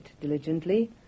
diligently